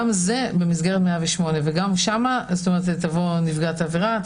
גם זה במסגרת 108. גם שם תבוא נפגעת העבירה,